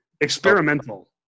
Experimental